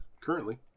Currently